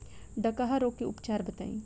डकहा रोग के उपचार बताई?